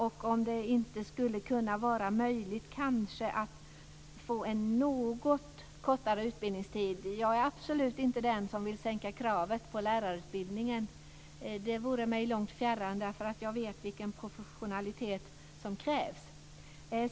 Skulle det inte kunna vara möjligt att få en något kortare utbildningstid? Jag är absolut inte den som vill sänka kravet på lärarutbildningen. Det vore mig långt fjärran. Jag vet vilken professionalitet som krävs.